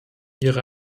ihre